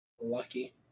lucky